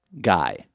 guy